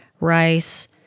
rice